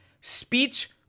speech